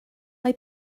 mae